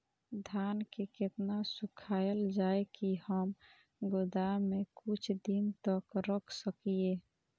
धान के केतना सुखायल जाय की हम गोदाम में कुछ दिन तक रख सकिए?